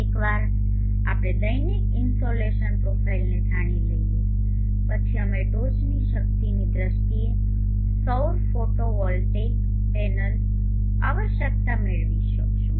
એકવાર આપણે દૈનિક ઇન્સોલેશન પ્રોફાઇલને જાણી લઈએ પછી અમે ટોચની શક્તિની દ્રષ્ટિએ સૌર ફોટોવોલ્ટેઇક પેનલ આવશ્યકતા મેળવી શકશું